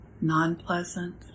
non-pleasant